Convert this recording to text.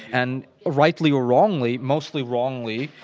and rightly or wrongly, mostly wrongly,